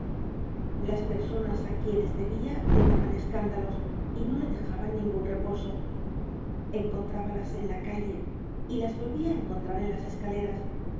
las personas á quienes debia le daban escándalos y no le dejaban ningun reposo encontrábalas en la calle y las volvía á encontrar en las escaleras